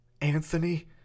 Anthony